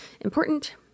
important